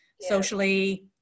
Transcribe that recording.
socially